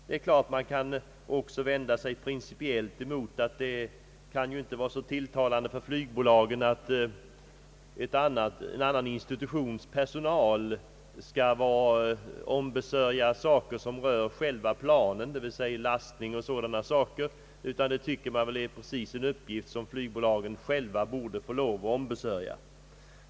Principiellt kan man också anse att det inte kan vara tilltalande för flygbolagen att en annan institutions personal skall ombesörja saker som berör själva planen, d.v.s. lastning och sådant. Det tycker man är en uppgift som flygbolagen själva skall ombesörja.